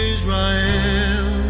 Israel